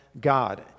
God